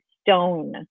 stone